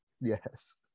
Yes